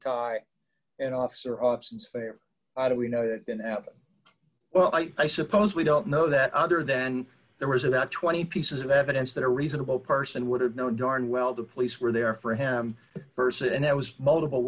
tie and officer options favor i do we know it didn't happen well i suppose we don't know that other than there was about twenty pieces of evidence that a reasonable person would have know darn well the police were there for him st and that was multiple